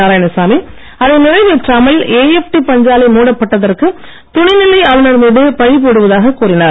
நாராயணசாமி அதை நிறைவேற்றாமல் ஏஎப்டி பஞ்சாலை மூடப்பட்டதற்கு துணைநிலை ஆளுநர் மீது பழி போடுவதாகக் கூறினார்